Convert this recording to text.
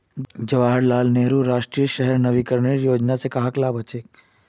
जवाहर लाल नेहरूर राष्ट्रीय शहरी नवीकरण योजनार स कहाक लाभ हछेक